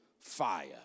fire